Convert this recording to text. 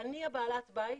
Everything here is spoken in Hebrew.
אני בעלת הבית,